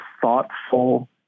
thoughtful